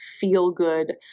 feel-good